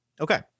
Okay